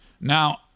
Now